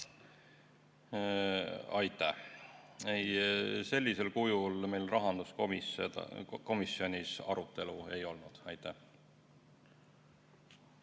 Aitäh! Ei, sellisel kujul meil rahanduskomisjonis arutelu ei olnud. Aitäh!